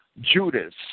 Judas